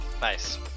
nice